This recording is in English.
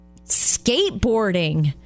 Skateboarding